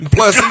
Plus